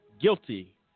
guilty